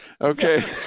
Okay